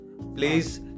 please